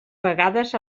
vegades